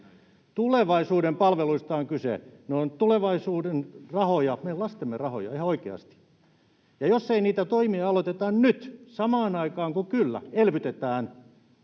Tulevaisuuden palveluista on kyse. Ne ovat tulevaisuuden rahoja, meidän lastemme rahoja, ihan oikeasti, ja jos ei niitä toimia aloiteta nyt samaan aikaan, kun kyllä elvytetään,